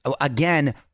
again